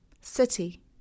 city